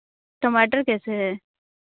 टमाटर कैसे हैं